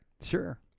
Sure